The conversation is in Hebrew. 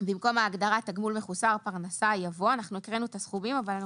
- במקום ההגדרה "תגמול מחוסר פרנסה" יבוא הקראנו את הסכומים אבל אני